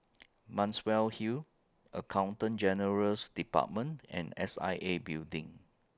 Muswell Hill Accountant General's department and S I A Building